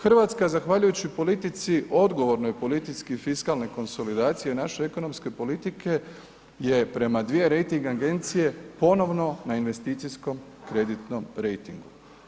Hrvatska zahvaljujući politici, odgovornoj politici fiskalne konsolidacije naše ekonomske politike je prema dvije rejting agencije ponovno na investicijskom kreditnom rejtingu.